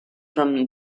from